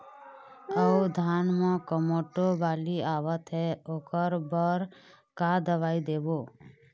अऊ धान म कोमटो बाली आवत हे ओकर बर का दवई देबो?